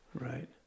right